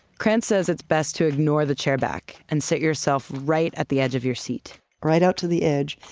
cranz says it's best to ignore the chair back and sit yourself right at the edge of your seat right out to the edge,